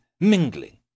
mingling